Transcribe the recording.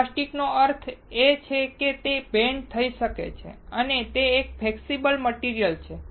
હવે પ્લાસ્ટિક નો અર્થ છે કે તે બેન્ડ થઈ શકે છે અને તે એક ફ્લેક્સિબલ મટીરીઅલ છે